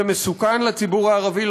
זה מסוכן לציבור הערבי,